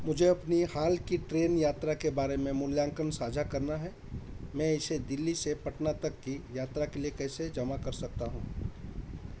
मुझे अपनी हाल की ट्रेन यात्रा के बारे में मूल्यांकन साझा करना है मैं इसे दिल्ली से पटना तक की यात्रा के लिए कैसे जमा कर सकता हूँ